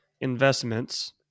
investments